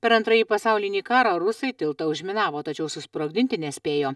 per antrąjį pasaulinį karą rusai tiltą užminavo tačiau susprogdinti nespėjo